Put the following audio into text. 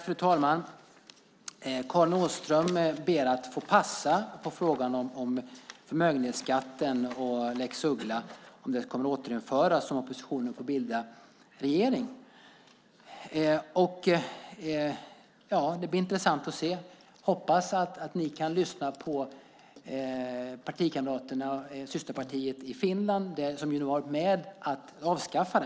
Fru talman! Karin Åström ber att få passa på frågan om förmögenhetsskatten och lex Uggla kommer att återinföras om oppositionen får bilda regering. Det blir intressant att se. Jag hoppas att ni kan lyssna på systerpartiet i Finland som har varit med och avskaffat